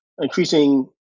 increasing